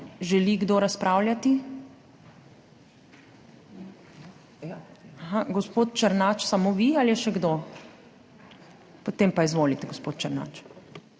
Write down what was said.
Želi kdo razpravljati? Gospod Černač, samo vi ali še kdo? Potem pa izvolite, gospod Černač.